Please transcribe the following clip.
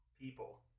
people